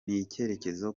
ntekereza